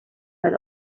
had